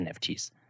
NFTs